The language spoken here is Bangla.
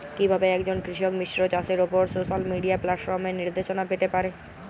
কিভাবে একজন কৃষক মিশ্র চাষের উপর সোশ্যাল মিডিয়া প্ল্যাটফর্মে নির্দেশনা পেতে পারে?